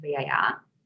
VAR